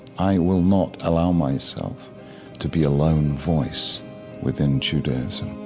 i will not allow myself to be a lone voice within judaism